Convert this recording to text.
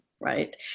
right